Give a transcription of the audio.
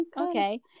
okay